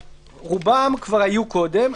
רוב הדברים כבר היו קודם,